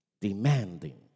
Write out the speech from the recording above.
demanding